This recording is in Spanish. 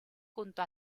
junto